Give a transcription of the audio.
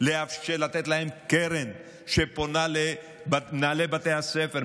ולתת להם קרן שפונה למנהלי בתי הספר.